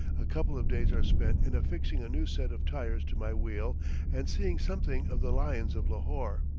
a couple of days are spent in affixing a new set of tires to my wheel and seeing something of the lions of lahore.